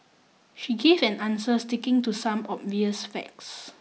she give an answer sticking to some obvious facts